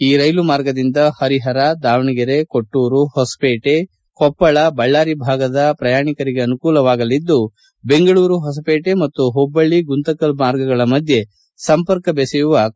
ಈ ರೈಲು ಮಾರ್ಗದಿಂದ ಪರಿಪರ ದಾವಣಗೆರೆ ಕೊಟ್ಟೂರು ಹೊಸಪೇಟೆ ಕೊಪ್ಪಳ ಬಳ್ಳಾರಿ ಭಾಗದ ಪ್ರಯಾಣಿಕರಿಗೆ ಅನುಕೂಲವಾಗಲಿದ್ದು ಬೆಂಗಳೂರು ಹೊಸಪೇಟೆ ಮತ್ತು ಹುಬ್ಬಳ್ಳಿ ಗುಂತಕಲ್ ಮಾರ್ಗಗಳ ಮಧ್ಯೆ ಸಂಪರ್ಕ ಬೆಸೆಯುವ ಕೊಂಡಿಯಾಗಲಿದೆ